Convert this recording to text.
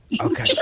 Okay